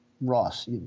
ross